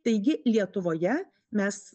taigi lietuvoje mes